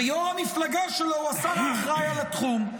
ויו"ר המפלגה שלו הוא השר האחראי על התחום.